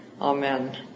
Amen